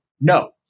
no